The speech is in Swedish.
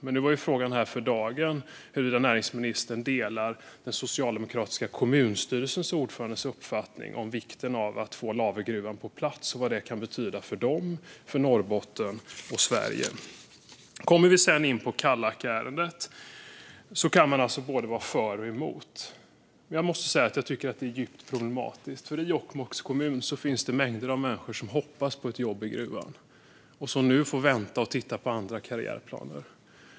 Frågan för dagen var dock huruvida näringsministern delar den uppfattning som kommunstyrelsens socialdemokratiske ordförande har om vikten av att få Lavergruvan på plats. Det betyder mycket för dem, för Norrbotten och för Sverige. I fråga om Kallakärendet kan man vara både för och emot. Jag tycker att det hela är djupt problematiskt. I Jokkmokks kommun finns mängder av människor som hoppas på ett jobb i gruvan. De får nu vänta och titta på andra karriärplaner.